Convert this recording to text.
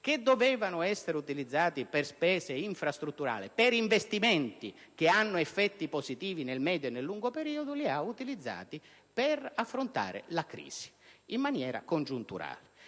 che dovevano essere utilizzati per spese infrastrutturali, cioè per investimenti che avessero effetti positivi nel medio e lungo periodo, per affrontare la crisi in maniera congiunturale.